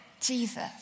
Jesus